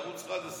בערוץ 11,